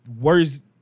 worst